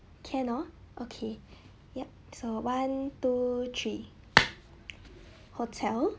can orh okay yup so one two three hotel